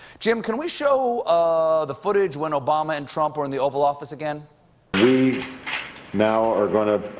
jim, can we show ah the footage when obama and trump were in the oval office again we now are going to